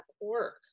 work